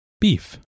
beef